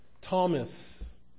Thomas